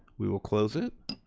we will close it.